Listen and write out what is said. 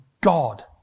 God